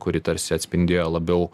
kuri tarsi atspindėjo labiau